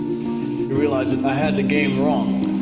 realized that i had the game wrong.